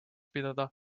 pidada